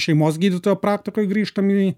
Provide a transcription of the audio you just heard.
šeimos gydytojo praktikoj grįžtam į